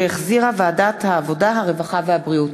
שהחזירה ועדת העבודה, הרווחה והבריאות.